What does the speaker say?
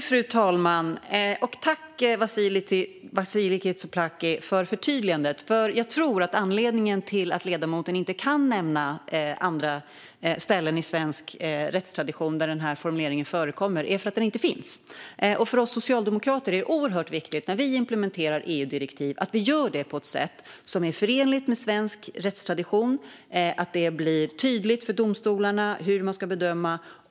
Fru talman! Jag tackar Vasiliki Tsouplaki för förtydligandet. Jag tror att anledningen till att ledamoten inte kan nämna andra ställen i svensk rätt där denna formulering förekommer är för att den inte finns. För oss socialdemokrater är det oerhört viktigt att vi, när vi implementerar EU-direktiv, gör det på ett sätt som är förenligt med svensk rättstradition och att det blir tydligt för domstolarna hur de ska bedöma.